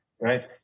right